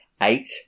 eight